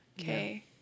okay